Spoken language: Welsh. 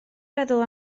feddwl